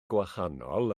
gwahanol